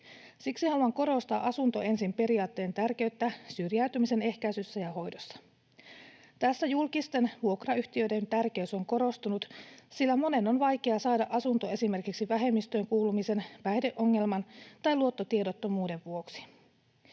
Siksi haluan korostaa asunto ensin ‑periaatteen tärkeyttä syrjäytymisen ehkäisyssä ja hoidossa. Tässä julkisten vuokrayhtiöiden tärkeys on korostunut, sillä monen on vaikea saada asunto esimerkiksi vähemmistöön kuulumisen, päihdeongelman tai luottotiedottomuuden vuoksi.